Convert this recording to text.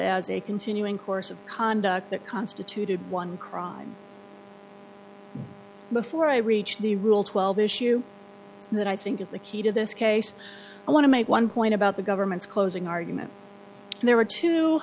a continuing course of conduct that constituted one crime before i reached the rule twelve issue that i think is the key to this case i want to make one point about the government's closing argument there were two